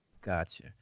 Gotcha